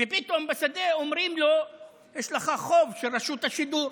עולה רגל,) ופתאום בשדה אומרים לו: יש לך חוב של רשות השידור.